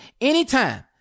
anytime